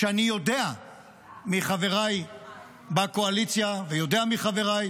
שאני יודע מחבריי בקואליציה ויודע מחבריי